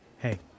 Hey